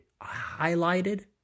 Highlighted